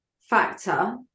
factor